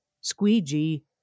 squeegee